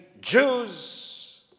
Jews